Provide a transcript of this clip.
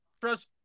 trust